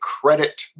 credit